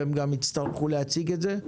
והם גם יצטרכו להציג את זה.